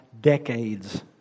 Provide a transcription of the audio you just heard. Decades